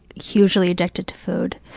hugely addicted to food,